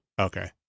okay